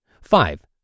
Five